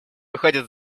выходит